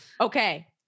Okay